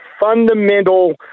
fundamental